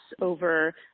over